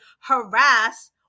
harass